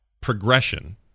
progression